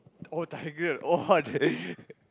oh Tigreal oh